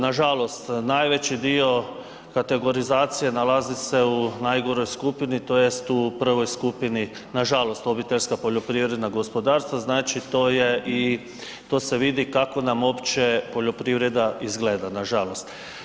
Nažalost najveći dio kategorizacije nalazi se u najgoroj skupini tj. u prvoj skupini nažalost obiteljska poljoprivredna gospodarstva znači to je i, to se vidi kako nam uopće poljoprivreda izgleda, nažalost.